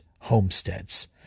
homesteads